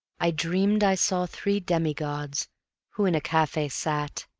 i dreamed i saw three demi-gods who in a cafe sat,